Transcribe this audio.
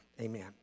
Amen